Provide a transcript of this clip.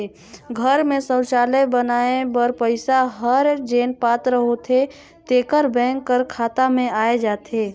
घर में सउचालय बनाए बर पइसा हर जेन पात्र होथे तेकर बेंक कर खाता में आए जाथे